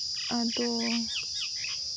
ᱟᱫᱚ